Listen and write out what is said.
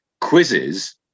quizzes